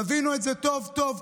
תבינו את זה טוב טוב,